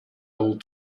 old